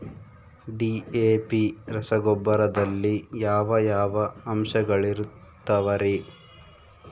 DAP ರಸಗೊಬ್ಬರದಲ್ಲಿ ಯಾವ ಯಾವ ಅಂಶಗಳಿರುತ್ತವರಿ?